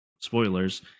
spoilers